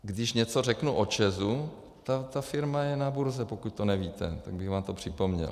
Když něco řeknu o ČEZ, tak ta firma je na burze, pokud to nevíte, tak bych vám to připomněl.